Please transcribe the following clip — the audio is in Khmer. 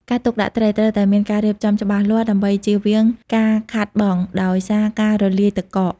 ការទុកដាក់ត្រី ត្រូវតែមានការរៀបចំច្បាស់លាស់ដើម្បីជៀសវាងការខាតបង់ដោយសារការរលាយទឹកកក។